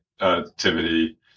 activity